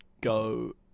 go